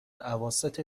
اواسط